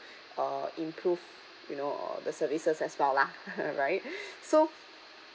uh improve you know the services as well lah right so